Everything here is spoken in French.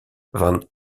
van